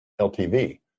LTV